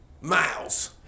Miles